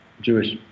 Jewish